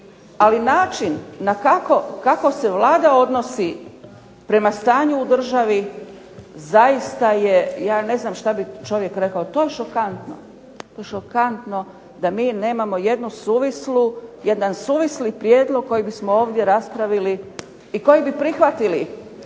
Ali način kako se Vlada odnosi prema stanju u državi zaista je ja ne znam što bi čovjek rekao. Ti je šokantno da mi nemamo jedan suvisli prijedlog kojeg bi ovdje raspravili i kojeg bi prihvatili